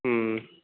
हूँ